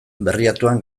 berriatuan